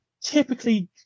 typically